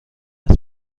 است